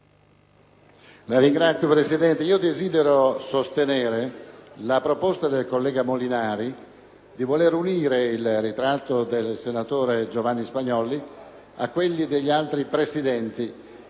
Signor Presidente, desidero sostenere la proposta del collega Molinari di aggiungere il ritratto del senatore Giovanni Spagnolli a quelli degli altri Presidenti